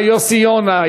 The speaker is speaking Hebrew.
יוסי יונה,